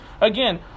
again